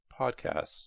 podcasts